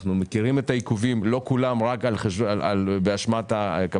אנחנו מכירים את העיכובים; אני יודע שלא כולם באשמת הקבלנים,